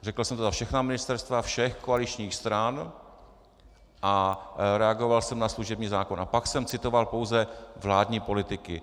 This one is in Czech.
Řekl jsem všechna ministerstva všech koaličních stran a reagoval jsem na služební zákon a pak jsem citoval pouze vládní politiky.